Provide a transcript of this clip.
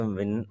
win